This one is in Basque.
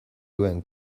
duen